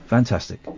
Fantastic